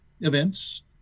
events